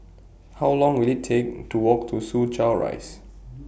How Long Will IT Take to Walk to Soo Chow Rise